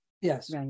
Yes